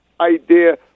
idea